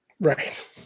Right